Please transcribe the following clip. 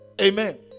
amen